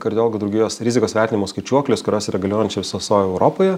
kardiologų draugijos rizikos vertinimo skaičiuoklės kurios yra galiojančios visoj europoje